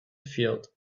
field